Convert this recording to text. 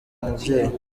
umubyeyi